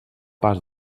pas